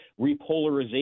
repolarization